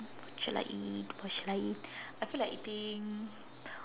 shall I eat what shall I eat I feel like eating